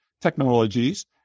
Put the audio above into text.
technologies